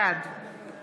בעד